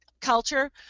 culture